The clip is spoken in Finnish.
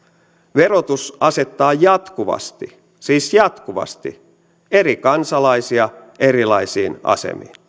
verotus asettaa jatkuvasti siis jatkuvasti eri kansalaisia erilaisiin asemiin